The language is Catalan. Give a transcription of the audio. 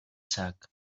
sac